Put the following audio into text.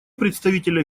представителя